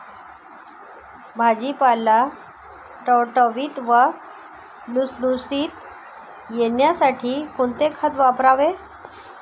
भाजीपाला टवटवीत व लुसलुशीत येण्यासाठी कोणते खत वापरावे?